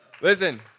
Listen